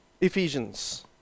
Ephesians